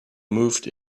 moved